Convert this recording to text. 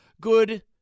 good